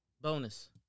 bonus